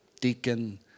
deacon